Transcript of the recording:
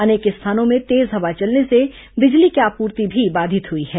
अनेक स्थानों में तेज हवा चलने से बिजली की आपूर्ति भी बाधित हुई है